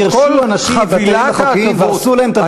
הלכו וגירשו אנשים מבתיהם החוקיים והרסו להם את הבתים.